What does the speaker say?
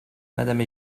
madame